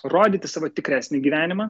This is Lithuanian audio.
rodyti savo tikresnį gyvenimą